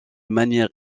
manière